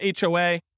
HOA